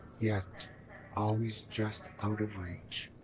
yet always just out of reach!